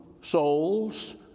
souls